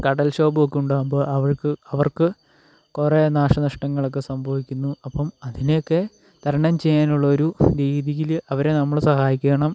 കടൽ ക്ഷോഭമൊക്കെ ഉണ്ടാകുമ്പോൾ അവൾക്ക് അവർക്ക് കുറെ നാശനഷ്ടങ്ങളൊക്കെ സംഭവിക്കുന്നു അപ്പം അതിനെ ഒക്കെ തരണം ചെയ്യാനുള്ള ഒരു രീതിയിൽ അവരെ നമ്മൾ സഹായിക്കണം